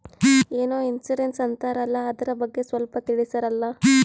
ಏನೋ ಇನ್ಸೂರೆನ್ಸ್ ಅಂತಾರಲ್ಲ, ಅದರ ಬಗ್ಗೆ ಸ್ವಲ್ಪ ತಿಳಿಸರಲಾ?